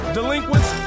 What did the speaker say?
Delinquents